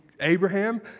Abraham